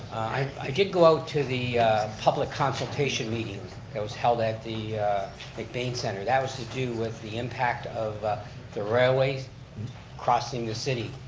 i did go out to the public consultation meeting that was held at the macbain centre. that was to do with the impact of the railways crossing the city.